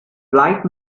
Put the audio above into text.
bright